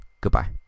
goodbye